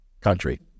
country